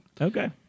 okay